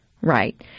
Right